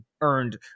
earned